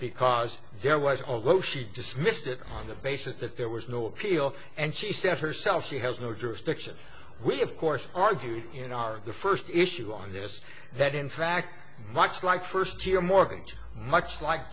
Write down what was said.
because there was although she dismissed it on the basis that there was no appeal and she said herself she has no jurisdiction we of course argued in our first issue on this that in fact much like first year mortgage much like